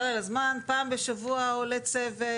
פעם בשבוע עולה צוות